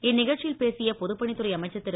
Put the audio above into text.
இந்நிகழ்ச்சியில் பேசிய பொதுப்பணித்துறை அமைச்சர் திரு